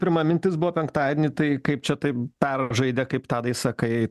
pirma mintis buvo penktadienį tai kaip čia taip peržaidė kaip tadai sakai